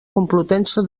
complutense